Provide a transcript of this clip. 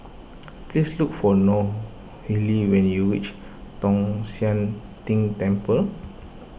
please look for Nohely when you reach Tong Sian Tng Temple